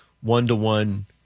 one-to-one